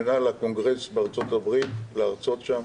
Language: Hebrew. לקונגרס בארצות-הברית, להרצות שם,